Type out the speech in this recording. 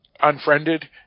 Unfriended